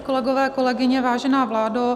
Kolegové, kolegyně, vážená vládo.